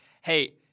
hey